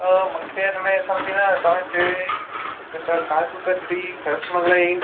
मूंखे हिन में सम्झि में थो अचे हिकु त काजू कतिरी रसमलाई